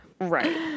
Right